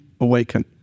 awaken